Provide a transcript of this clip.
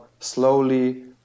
slowly